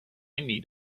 need